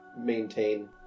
maintain